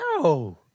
No